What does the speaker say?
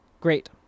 Great